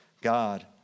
God